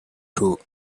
too